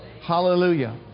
Hallelujah